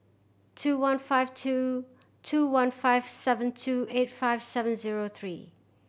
two one five two two one five seven two eight five seven zero three